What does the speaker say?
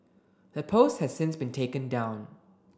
the post has since been taken down